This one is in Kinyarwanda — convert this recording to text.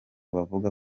bavuga